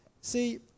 See